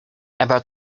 about